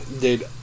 Dude